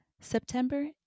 September